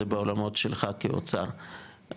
זה בעולמות שלך כאוצר,